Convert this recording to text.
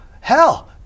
hell